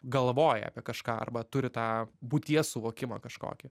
galvoja apie kažką arba turi tą būties suvokimą kažkokį